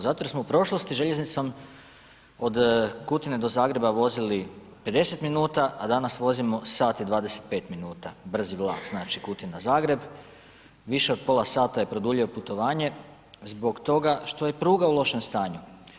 Zato jer smo u prošlosti željeznicom od Kutine do Zagreba vozili 50 minuta, a danas vozimo sat i 25 minuta brzi vlak, znači Kutina-Zagreb više od pola sata je produljio putovanje zbog toga što je pruga u lošem stanju.